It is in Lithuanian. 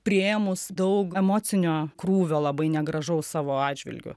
priėmus daug emocinio krūvio labai negražaus savo atžvilgiu